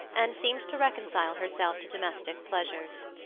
and seemed to reconcile herself to domestic pleasures.